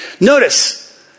Notice